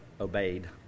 obeyed